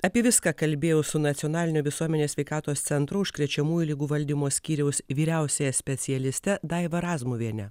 apie viską kalbėjau su nacionalinio visuomenės sveikatos centro užkrečiamųjų ligų valdymo skyriaus vyriausiąja specialiste daiva razmuviene